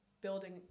building